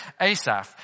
Asaph